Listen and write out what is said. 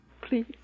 Please